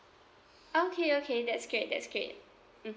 okay okay that's great that's great mm